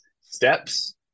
steps